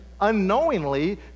unknowingly